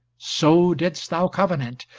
so didst thou covenant,